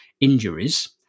injuries